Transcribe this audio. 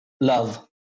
Love